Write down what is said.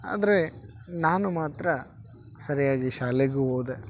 ಆದರೆ ನಾನು ಮಾತ್ರ ಸರಿಯಾಗಿ ಶಾಲೆಗು ಹೋದೆ